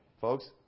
folks